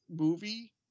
movie